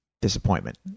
disappointment